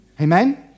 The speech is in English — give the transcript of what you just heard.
Amen